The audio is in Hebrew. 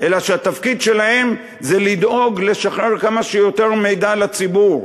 אלא התפקיד שלהם זה לדאוג לשחרר כמה שיותר מידע לציבור,